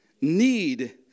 Need